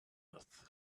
earth